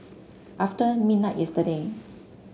after midnight yesterday